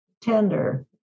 tender